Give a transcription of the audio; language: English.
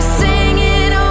singing